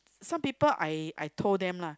some people I I told them lah